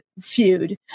feud